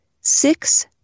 six